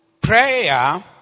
Prayer